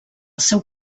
seu